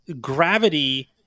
gravity